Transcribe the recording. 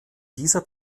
dieser